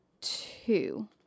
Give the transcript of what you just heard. two